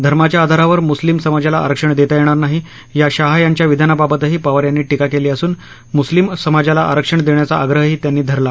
धर्माच्या आधारावर मुस्लिम समाजाला आरक्षण देता येणार नाही या शहा यांच्या विधानाबाबतही पवार यांनी टिका केली असून मुस्लिम समाजाला आरक्षण देण्याचा आग्रही त्यांनी धरला